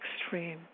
extreme